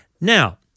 Now